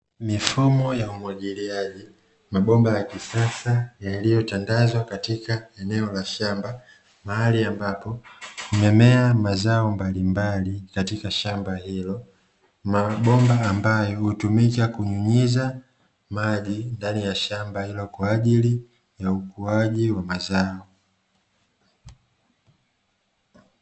Mifumo ya umwagiliaji mabomba ya kisasa yaliyotangazwa katika eneo la shamba mahali ambapo mimea, mazao mbalimbali katika shamba hilo, mabomba ambayo hutumika kunyunyiza maji ndani ya shamba hilo kwa ajili ya ukuaji wa mazao.